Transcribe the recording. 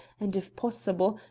and, if possible,